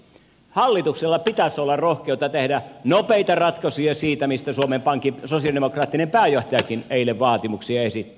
hallituksella pitäisi olla rohkeutta tehdä nopeita ratkaisuja siitä mistä suomen pankin sosialidemokraattinen pääjohtajakin eilen vaatimuksia esitti